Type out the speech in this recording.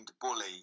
bully